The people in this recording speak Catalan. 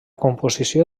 composició